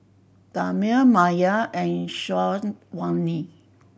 Damia Maya and Syazwani